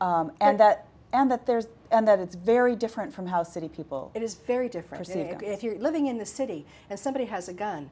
and that and that there's and that it's very different from how city people it is very different if you're living in the city and somebody has a gun